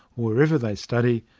wherever they study,